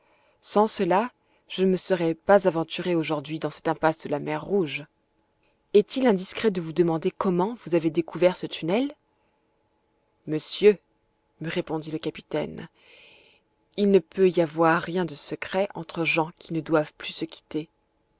sans cela je ne me serais pas aventuré aujourd'hui dans cette impasse de la mer rouge est-il indiscret de vous demander comment vous avez découvert ce tunnel monsieur me répondit le capitaine il n'y peut y avoir rien de secret entre gens qui ne doivent plus se quitter